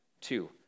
two